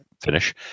finish